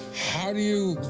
how do you,